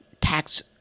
tax